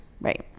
Right